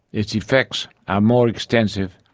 its effects are more extensive,